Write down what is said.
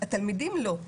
התלמידים לא,